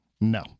No